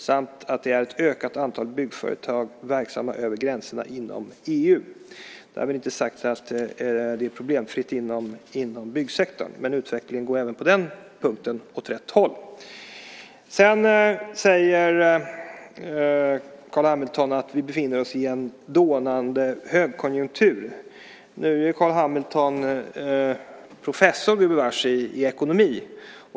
Dessutom är ett ökat antal byggföretag verksamma över gränserna inom EU - därmed inte sagt att det är problemfritt inom byggsektorn, men utvecklingen går även på den punkten åt rätt håll. Sedan säger Carl B Hamilton att vi befinner oss i en dånande högkonjunktur. Carl B Hamilton är gubevars professor i ekonomi.